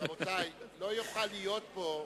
רבותי, לא יוכל להיות פה,